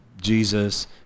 Jesus